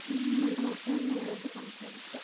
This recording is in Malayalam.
നമ്മൾ നമ്മുടെ ഭാഷ തന്നെ അവരടുത്ത് സംസാരിക്കുക